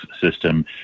system